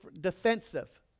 defensive